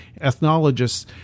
ethnologists